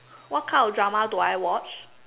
what kind of drama do I watch